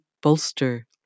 bolster